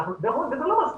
וזה לא מספיק.